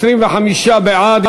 25 בעד.